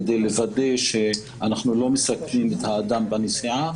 כדי לוודא שאנחנו לא מסכנים את האדם בנסיעה,